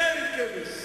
לקואליציה,